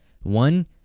one